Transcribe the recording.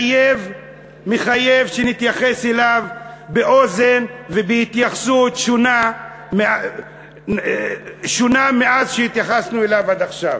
מחייב שנתייחס אליו באוזן ובהתייחסות שונה ממה שהתייחסנו אליו עד עכשיו.